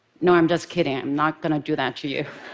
no, i'm just kidding, i'm not going to do that to you.